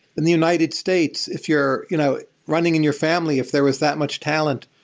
in the united states, if you're you know running in your family, if there was that much talent.